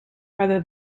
rather